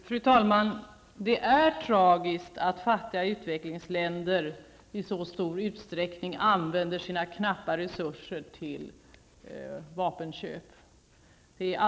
Fru talman! Det är tragiskt att fattiga utvecklingsländer i så stor utsträckning använder sina knappa resurser till vapeninköp.